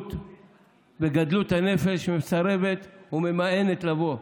והבגרות וגדלות הנפש מסרבות וממאנות לבוא.